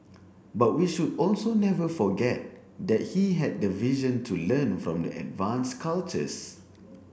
but we should also never forget that he had the vision to learn from the advance cultures